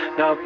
no